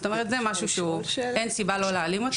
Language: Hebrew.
זאת אומרת זה משהו שאין סיבה לא להעלים אותו.